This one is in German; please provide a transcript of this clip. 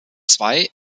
zwei